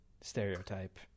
stereotype